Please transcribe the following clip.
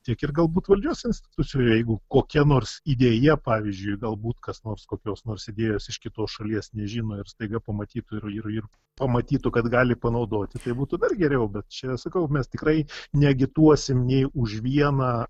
tiek ir galbūt valdžios institucijų jeigu kokia nors idėja pavyzdžiui galbūt kas nors kokios nors idėjos iš kitos šalies nežino ir staiga pamatytų ir ir ir pamatytų kad gali panaudoti tai būtų dar geriau bet čia sakau mes tikrai neagituosim nei už vieną